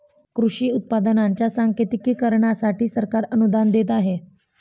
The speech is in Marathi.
कृषी उत्पादनांच्या सांकेतिकीकरणासाठी सरकार अनुदान देत आहे